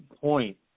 point